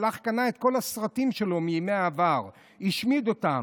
הלך, קנה את כל הסרטים שלו מימי העבר והשמיד אותם.